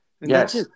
Yes